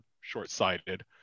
short-sighted